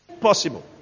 possible